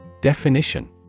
Definition